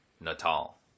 Natal